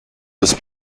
was